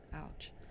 ouch